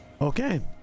Okay